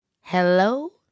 Hello